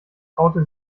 traute